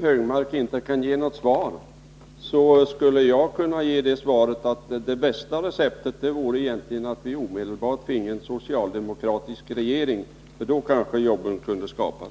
Högmark inte ge något svar, men jag skulle kunna göra det: Det bästa receptet jag kan ge är att vi omedelbart finge en socialdemokratisk regering. Då kanske jobben kunde skapas.